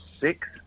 Six